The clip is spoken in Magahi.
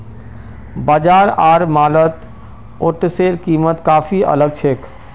बाजार आर मॉलत ओट्सेर कीमत काफी अलग छेक